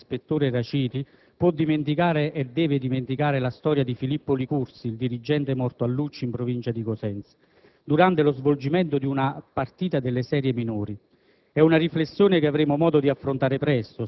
e nessuno di noi, mentre ricordiamo commossi l'ispettore Raciti, può e deve dimenticare la storia di Ermanno Licursi, il dirigente morto a Luzzi, in provincia di Cosenza, durante lo svolgimento di una partita delle serie minori.